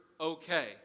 okay